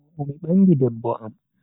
Ndubu mi bangi debbo am.